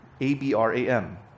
A-B-R-A-M